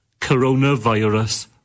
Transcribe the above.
coronavirus